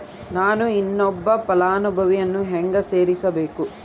ನಾನು ಇನ್ನೊಬ್ಬ ಫಲಾನುಭವಿಯನ್ನು ಹೆಂಗ ಸೇರಿಸಬೇಕು?